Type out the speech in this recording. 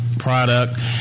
product